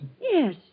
Yes